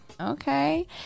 Okay